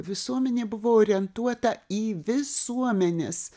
visuomenė buvo orientuota į visuomenės